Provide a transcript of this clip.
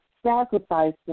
Sacrifice